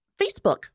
Facebook